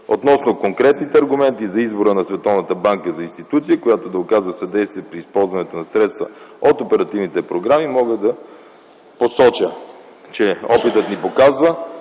Относно конкретните аргументи за избора на Световната банка за институция, която да оказва съдействие при използването на средства от оперативните програми, мога да посоча, че опитът ни показва,